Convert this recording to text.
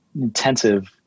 intensive